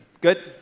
Good